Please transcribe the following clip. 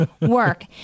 work